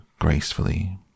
gracefully